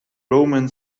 roman